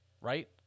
Right